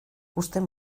uzten